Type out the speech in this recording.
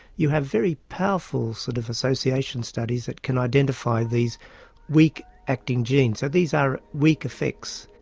you have very powerful sort of association studies that can identify these weak acting genes. these are weak effects,